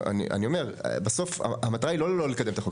אני אומר, בסוף המטרה היא לא לא לקדם את החוק.